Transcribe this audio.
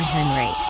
Henry